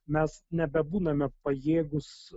mes nebebūname pajėgūs